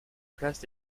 place